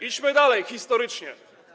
Idźmy dalej historycznie.